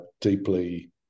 deeply